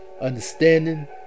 understanding